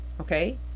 Okay